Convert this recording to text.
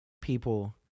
people